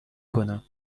کنم